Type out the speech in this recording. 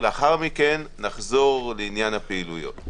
ולאחר מכן נחזור לעניין הפעילויות.